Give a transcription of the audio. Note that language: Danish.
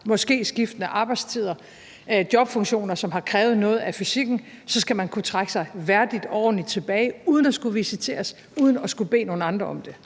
haft skiftende arbejdstider og jobfunktioner, som har krævet noget af fysikken, så skal man kunne trække sig værdigt og ordentligt tilbage uden at skulle visiteres og uden at skulle bede nogen andre om det.